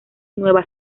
nueva